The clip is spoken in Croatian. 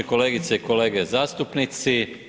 Kolegice i kolege zastupnici.